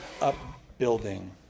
upbuilding